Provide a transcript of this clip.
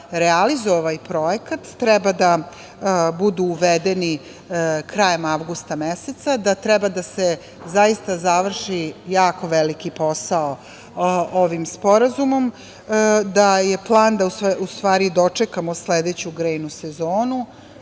realizuju ovaj projekat treba da budu uvedeni krajem avgusta meseca, da treba da se zaista završi jako veliki posao ovim sporazumom, da je plan da dočekamo sledeću grejnu sezonu